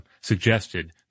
suggested